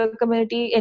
community